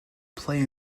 play